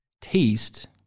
taste